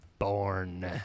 born